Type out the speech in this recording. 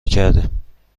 کردیم